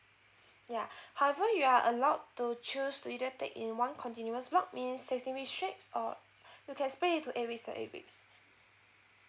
ya however you are allowed to choose to either take in one continuous block means sixteen week straight or you can split it to eight weeks and eight weeks